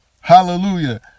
hallelujah